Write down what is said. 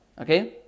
Okay